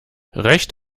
recht